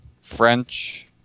French